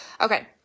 Okay